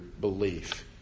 belief